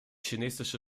chinesische